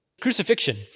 Crucifixion